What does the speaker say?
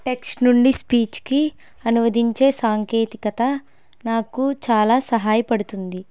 text నుండి స్పీచ్కి అనువదించే సాంకేతికత నాకు చాలా సహాయపడుతుంది